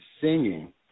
singing